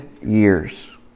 years